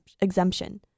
exemption